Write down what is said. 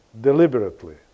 deliberately